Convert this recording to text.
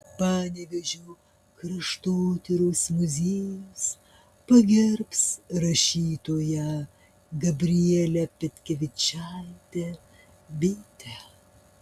panevėžio kraštotyros muziejus pagerbs rašytoją gabrielę petkevičaitę bitę